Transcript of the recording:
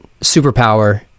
superpower